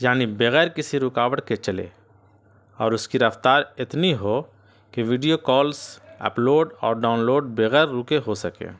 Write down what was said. یعنی بغیر کسی رکاوٹ کے چلے اور اس کی رفتار اتنی ہو کہ ویڈیو کالس اپلوڈ اور ڈاؤن لوڈ بغیر رکے ہو سکے